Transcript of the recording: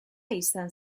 izan